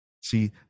See